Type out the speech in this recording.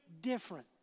different